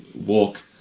walk